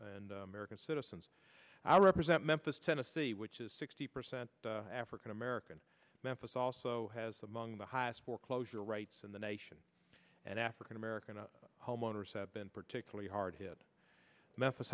the american citizens i represent memphis tennessee which is sixty percent african american memphis also has among the highest foreclosure rates in the nation and african american to homeowners have been particularly hard hit me